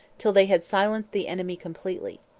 till they had silenced the enemy completely.